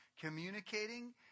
communicating